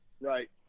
Right